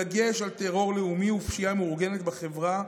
בדגש על טרור לאומי ופשיעה מאורגנת בחברה,